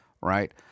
right